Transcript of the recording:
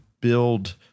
build